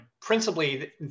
principally